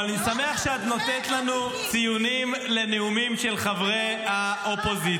--- אבל אני שמח שאת נותנת לנו ציונים לנאומים של חברי האופוזיציה,